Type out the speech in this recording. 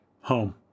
Home